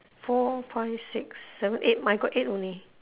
four five six seven eight mine got eight only